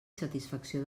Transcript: satisfacció